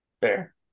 Fair